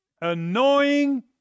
annoying